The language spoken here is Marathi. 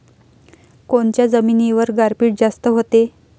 कोनच्या जमिनीवर गारपीट जास्त व्हते?